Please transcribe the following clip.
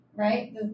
Right